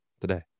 today